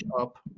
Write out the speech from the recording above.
up